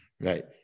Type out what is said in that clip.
right